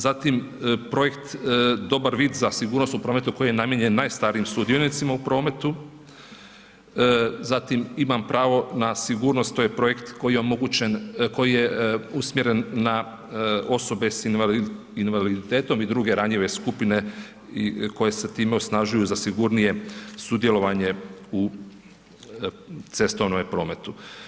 Zatim projekt Dobar vid za sigurnost u prometu koji je namijenjen najstarijim sudionicima u prometu, zatim Imam pravo na sigurnost, to je projekt koji je omogućen, koji je usmjeren na osobe s invaliditetom i druge ranjive skupine koje se time osnažuju za sigurnije sudjelovanje u cestovnom prometu.